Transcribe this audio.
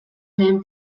lehen